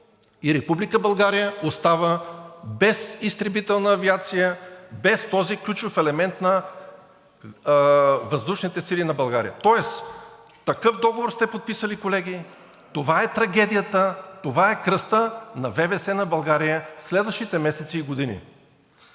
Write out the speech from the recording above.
остава без изтребителна авиация, без този ключов елемент на Въздушните сили на България. Тоест такъв договор сте подписали, колеги. Това е трагедията. Това е кръстът на ВВС на България следващите месеци и години.